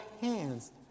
hands